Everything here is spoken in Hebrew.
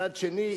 מצד שני,